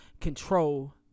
control